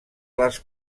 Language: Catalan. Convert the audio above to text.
les